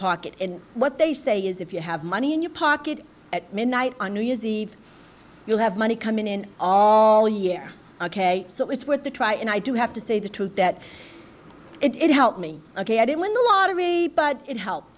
pocket and what they say is if you have money in your pocket at midnight on new year's eve you'll have money coming in all year ok so it's worth a try and i do have to say the truth that it helped me ok i didn't win the lottery but it help